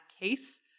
case